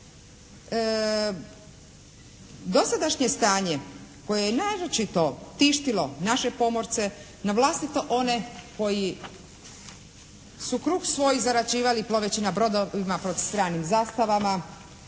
Dosadašnje stanje koje je naročito tištilo naše pomorce na vlastito one koji su kruh svoj zarađivali ploveći na brodovima pod stranim zastavama.